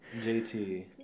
JT